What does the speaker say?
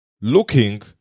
looking